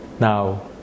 Now